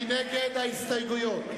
מי נגד ההסתייגויות?